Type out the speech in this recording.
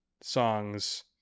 songs